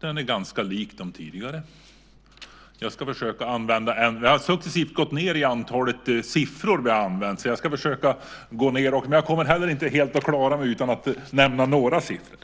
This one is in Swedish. den är ganska lik de tidigare. Vi har gått ned i antal siffror som vi använder, så jag ska också försöka göra det, men jag kommer inte att klara mig helt utan att nämna några siffror.